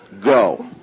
Go